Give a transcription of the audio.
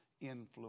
influence